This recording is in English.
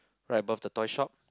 right above the toy shop